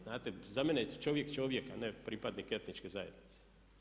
Znate, za mene je čovjek, čovjek, a ne pripadnik etničke zajednice.